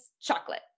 chocolate